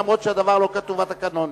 אף שהדבר לא כתוב בתקנון,